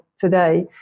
today